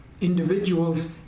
individuals